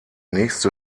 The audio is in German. nächste